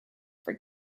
for